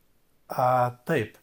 a taip